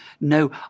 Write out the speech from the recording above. no